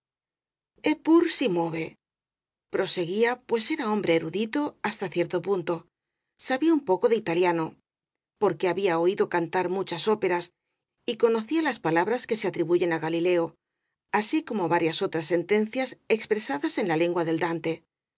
si innoveproseguía pues era hombre erudito hasta cierto punto sabía un poco de italia no porque había oído cantar muchas óperas y conocía las palabras que se atribuyen á qalileo así como varias otras sentencias expresadas en la lengua del dante